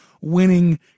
winning